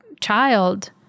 child